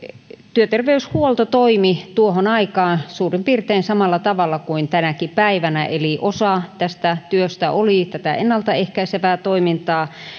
työterveyshuolto toimi tuohon aikaan suurin piirtein samalla tavalla kuin tänäkin päivänä eli osa tästä työstä oli tätä ennaltaehkäisevää toimintaa